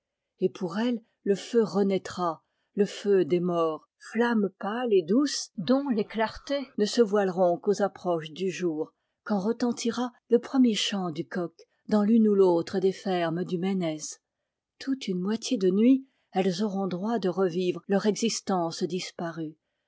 et pour elles le feu renaîtra le feu des morts flamme pâle et douce dont les clartés ne se voileront qu'aux approches du jour quand retentira le premier chant du coq dans l'une ou l'autre des fermes du ménez toute une moitié de nuit elles auront droit de revivre leur existence disparue